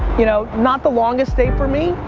you know, not the longest day for me,